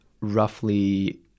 roughly